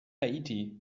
haiti